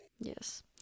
Yes